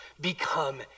become